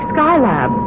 Skylab